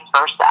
versa